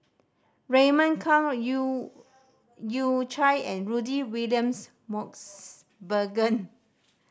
Raymond Kang Yew Yew Chye and Rudy William's Mosbergen